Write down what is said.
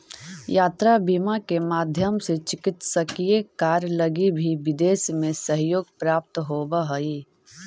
यात्रा बीमा के माध्यम से चिकित्सकीय कार्य लगी भी विदेश में सहयोग प्राप्त होवऽ हइ